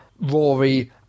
Rory